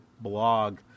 blog